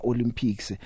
Olympics